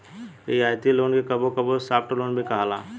रियायती लोन के कबो कबो सॉफ्ट लोन भी कहाला